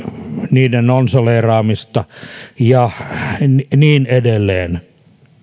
niiden nonsaleeraamista ja niin edelleen